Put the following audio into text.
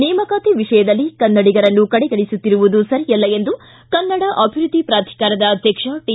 ನೇಮಕಾತಿ ವಿಷಯದಲ್ಲಿ ಕನ್ನಡಿಗರನ್ನು ಕಡೆಗಣಿಸುತ್ತಿರುವುದು ಸರಿಯಲ್ಲ ಎಂದು ಕನ್ನಡ ಅಭಿವೃದ್ಧಿ ಪ್ರಾಧಿಕಾರದ ಅಧ್ಯಕ್ಷ ಟಿ